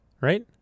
right